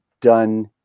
done